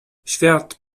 świat